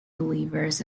believers